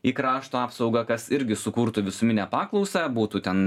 į krašto apsaugą kas irgi sukurtų visuminę paklausą būtų ten